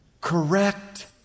Correct